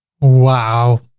wow!